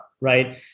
right